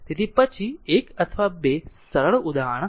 તેથી પછી એક 1 અથવા 2 સરળ ઉદાહરણ લો